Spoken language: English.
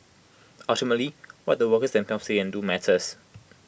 ultimately what the workers themselves say and do matters